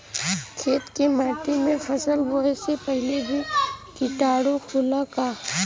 खेत के माटी मे फसल बोवे से पहिले भी किटाणु होला का?